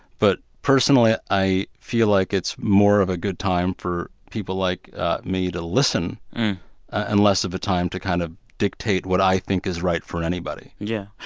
but personally, i feel like it's more of a good time for people like me to listen and less of a time to kind of dictate what i think is right for anybody yeah.